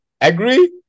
Agree